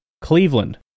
Cleveland